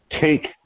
take